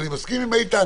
אני מסכים עם איתן